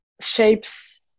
shapes